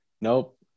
Nope